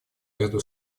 ряду